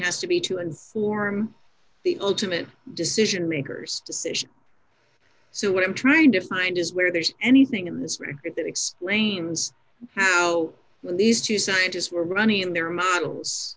has to be to inform the ultimate decision makers decision so what i'm trying to find is where there's anything in this that explains how these two scientists were running in their models